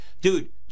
Dude